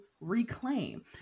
reclaim